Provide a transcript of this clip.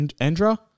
Andra